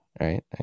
right